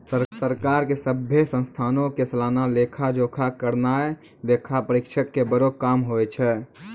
सरकार के सभ्भे संस्थानो के सलाना लेखा जोखा करनाय लेखा परीक्षक के बड़ो काम होय छै